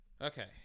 Okay